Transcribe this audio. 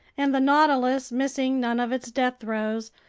and the nautilus, missing none of its death throes,